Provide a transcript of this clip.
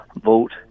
vote